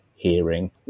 hearing